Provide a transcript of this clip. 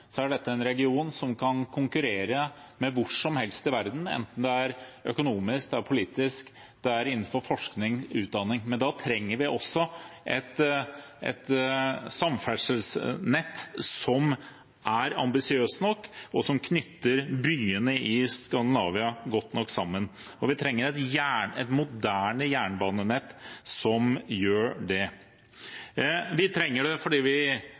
dette en region som kan konkurrere hvor som helst i verden, enten det er økonomisk, politisk eller innenfor forskning og utdanning. Men da trenger vi også et samferdselsnett som er ambisiøst nok, og som knytter byene i Skandinavia godt nok sammen. Vi trenger et moderne jernbanenett som gjør det. Vi trenger det fordi,